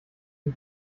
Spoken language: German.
die